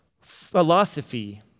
philosophy